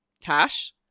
Cash